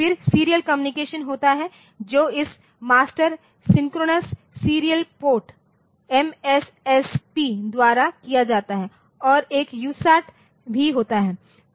फिर serial communication होता है जो इस master synchronous serial port MSSP द्वारा किया जाता है और एक USART भी होता है